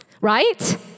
right